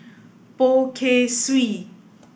Poh Kay Swee